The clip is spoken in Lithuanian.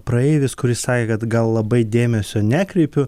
praeivis kuris sakė kad gal labai dėmesio nekreipiu